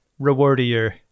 rewardier